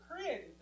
created